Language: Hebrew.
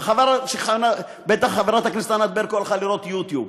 וחבל, בטח חברת הכנסת ענת ברקו הלכה לראות יוטיוב,